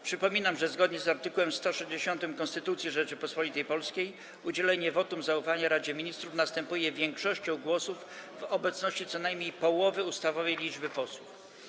Przypominam, że zgodnie z art. 160 Konstytucji Rzeczypospolitej Polskiej udzielenie wotum zaufania Radzie Ministrów następuje większością głosów w obecności co najmniej połowy ustawowej liczby posłów.